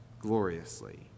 gloriously